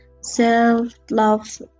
Self-love